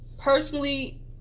personally